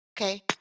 Okay